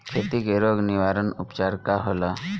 खेती के रोग निवारण उपचार का होला?